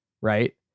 right